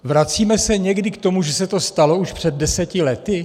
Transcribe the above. Vracíme se někdy k tomu, že se to stalo už před deseti lety?